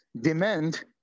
demand